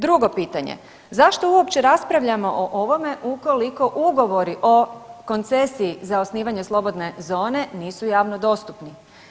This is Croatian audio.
Drugo pitanje, zašto uopće raspravljamo o ovome ukoliko ugovori o koncesiji za osnivanje slobodne zone nisu javno dostupni?